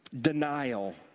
Denial